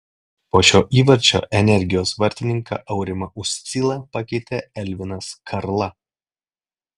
po šio įvarčio energijos vartininką aurimą uscilą pakeitė elvinas karla